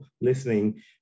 listening